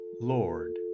Lord